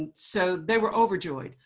and so they were overjoyed.